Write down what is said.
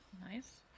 Nice